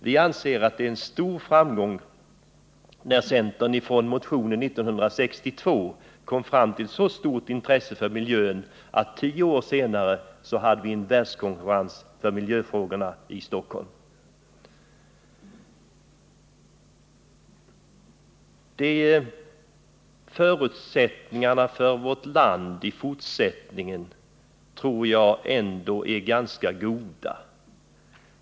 Vi anser det vara en stor framgång att tio år efter centerns stora miljömotion 1962 kunna hålla en världskonferens i Stockholm kring miljöfrågorna. Förutsättningarna för vårt land i fortsättningen tror jag ändå är ganska goda.